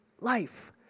life